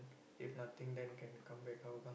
if nothing then can come back Hougang